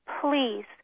Please